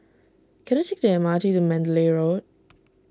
can I take the M R T to Mandalay Road